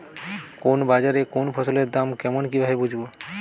কোন বাজারে কোন ফসলের দাম কেমন কি ভাবে বুঝব?